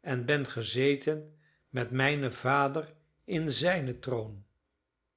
en ben gezeten met mijnen vader in zijnen troon